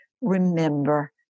remember